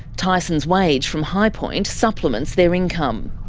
tyson's wage from highpoint supplements their income.